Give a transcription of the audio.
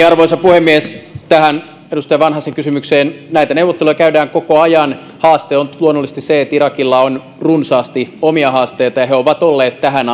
arvoisa puhemies tähän edustaja vanhasen kysymykseen näitä neuvotteluja käydään koko ajan haaste on luonnollisesti se että irakilla on runsaasti omia haasteita ja se on ollut tähän